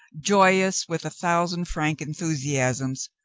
joyous with a thousand frank enthusiasms,